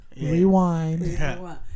Rewind